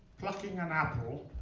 plucking an apple,